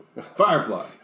Firefly